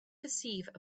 perceive